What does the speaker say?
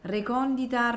Recondita